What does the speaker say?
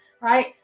right